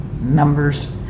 numbers